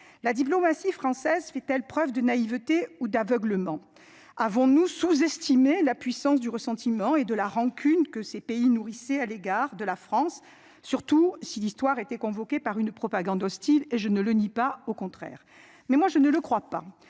La diplomatie française fait-elle preuve de naïveté ou d'aveuglement, avons-nous sous-estimé la puissance du ressentiment et de la rancune que ces pays nourrissait à l'égard de la France. Surtout si l'histoire était convoqué par une propagande hostile et je ne le nie pas, au contraire. Mais moi je ne le crois pas,